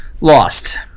lost